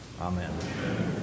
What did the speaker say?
Amen